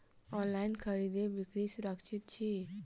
online खरीदै बिक्री सुरक्षित छी